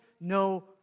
no